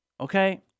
Okay